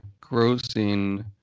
grossing